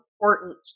important